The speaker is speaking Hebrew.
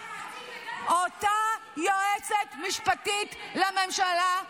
אותה יועצת משפטית לממשלה,